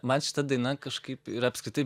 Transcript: man šita daina kažkaip ir apskritai